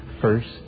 first